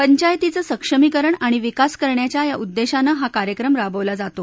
फेंचायतीचं सक्षमीकरण आणि विकास करण्याच्या या उद्दधीनं हा कार्यक्रम राबवला जातो